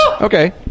Okay